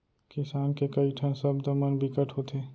किसान के कइ ठन सब्द मन बिकट होथे